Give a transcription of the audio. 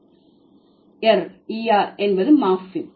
எர் என்பது மார்பிம்